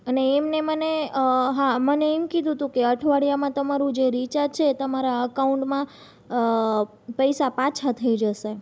અને એમણે મને હા મને એમ કીધું તું કે અઠવાડિયામાં તમારું જે રિચાર્જ છે એ તમારા અકાઉન્ટમાં પૈસા પાછા થઈ જશે